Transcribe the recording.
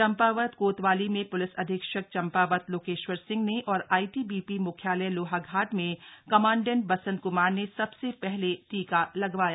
चम्पावत कोतवाली में पूलिस अधीक्षक चम्पावत लोकेश्वर सिंह ने और आईटीबीपी मुख्यालय लोहाघाट में कमांडेंट बसन्त क्मार ने सबसे पहले टीका लगवाया